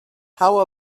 how